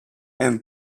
and